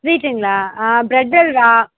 ஸ்வீட்டுங்களா ஆ பிரெட் அல்வா